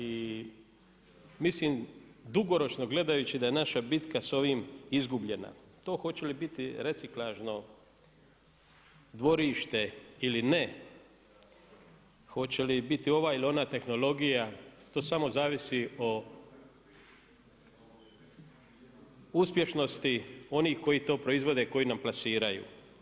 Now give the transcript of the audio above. I mislim dugoročno gledajući da je naša bitka sa ovim izgubljena, to hoće li biti reciklažno dvorište ili ne, hoće li biti ova ili ona tehnologija, to samo zavisi o uspješnosti onih koji to proizvode koji nam plasiraju.